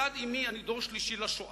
מצד אמי אני דור שלישי לשואה.